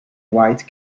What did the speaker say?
white